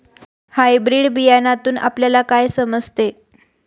Hybrid बियाण्यातून आपल्याला काय समजते?